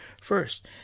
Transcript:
first